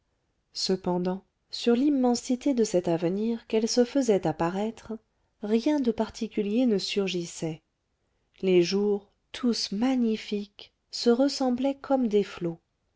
cependant sur l'immensité de cet avenir qu'elle se faisait apparaître rien de particulier ne surgissait les jours tous magnifiques se ressemblaient comme des flots